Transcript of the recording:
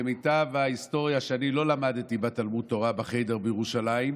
למיטב ההיסטוריה שאני לא למדתי בתלמוד תורה בחדר בירושלים,